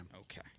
Okay